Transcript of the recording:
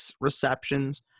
receptions